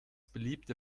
beliebte